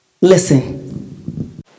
Listen